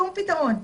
שום פתרון.